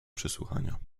przesłuchania